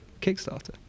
Kickstarter